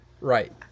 right